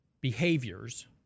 behaviors